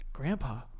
grandpa